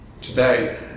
today